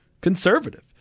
conservative